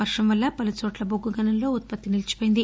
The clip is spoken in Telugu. వర్షం వల్ల పలుచోట్ల బొగ్గుగనుల్లో ఉత్పత్తి నిలిచిపోయింది